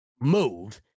move